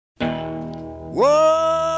Whoa